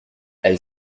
elle